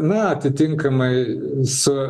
na atitinkamai su